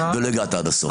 ולא הגעת עד הסוף.